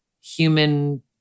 human